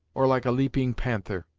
or like a leaping panther.